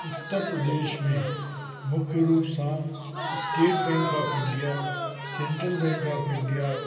उत्तर प्रदेश में मुख्य रूप सां state bank of India central bank of India